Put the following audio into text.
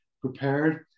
prepared